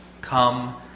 come